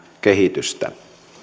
kehitystä